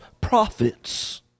prophets